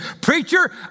Preacher